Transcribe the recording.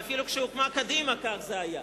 ואפילו כשהוקמה קדימה כך זה היה.